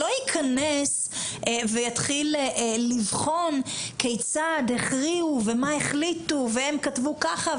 לא ייכנס ויתחיל לבחון כיצד הכריעו ומה החליטו והם כתבו ככה,